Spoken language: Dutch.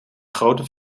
grootte